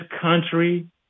country